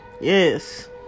Yes